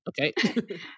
okay